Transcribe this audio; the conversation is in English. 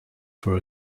for